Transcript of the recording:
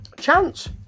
chance